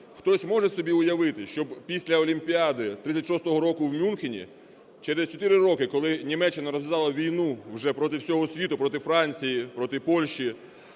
Хтось може собі уявити, щоб після Олімпіади 36-го року в Мюнхені, через чотири роки, коли Німеччина розв'язала війну вже проти всього світу: проти Франції, проти Польщі,